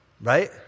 right